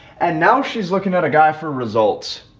and now she's looking at a guy for results.